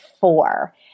four